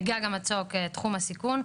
בגג המצוק תחום הסיכון,